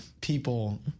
people